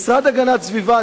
המשרד להגנת הסביבה,